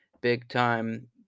big-time